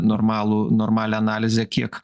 normalų normalią analizę kiek